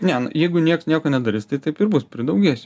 ne jeigu nieks nieko nedarys tai taip ir bus pridaugės jų